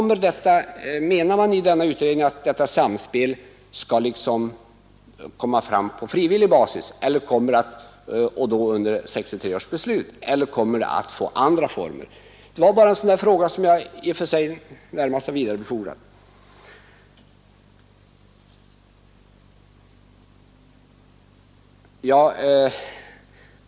Menar man att detta samspel skall åstadkommas på frivillig väg och på basis av 1963 års beslut eller kommer det att ta sig andra former? Det är en fråga som jag närmast bara vidarebefordrar.